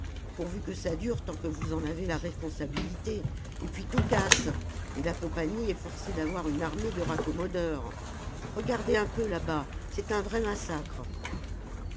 pourvu que ça dure tant que vous en avez la responsabilité et puis tout casse et la compagnie est forcée d'avoir une armée de raccommodeurs regardez un peu là-bas c'est un vrai massacre